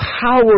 power